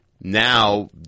now